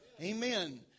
Amen